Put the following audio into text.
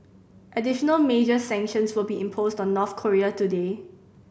additional major sanctions will be imposed on North Korea today